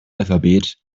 alphabet